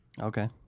Okay